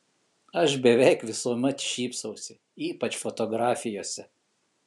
aš beveik visuomet šypsausi ypač fotografijose